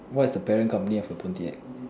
what is the parent company of a